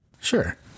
Sure